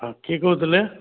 ହଁ କିଏ କହୁଥିଲେ